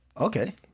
Okay